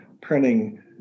printing